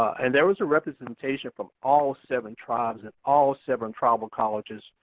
and there was a representation from all seven tribes and all seven tribal colleges,